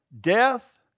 death